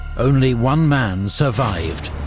only one man survived